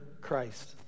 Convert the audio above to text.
Christ